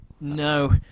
No